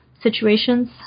situations